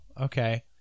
okay